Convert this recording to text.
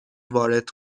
وارد